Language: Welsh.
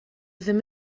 ddim